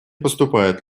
поступают